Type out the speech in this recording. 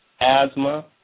asthma